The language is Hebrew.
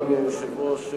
אדוני היושב-ראש,